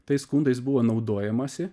tais skundais buvo naudojamasi